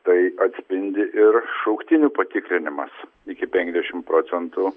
tai atspindi ir šauktinių patikrinimas iki penkiasdešim procentų